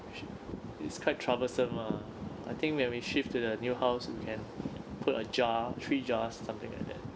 it's quite troublesome ah I think when we shift to the new house you can put a jar three jars or something like that